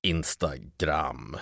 Instagram